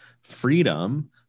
freedom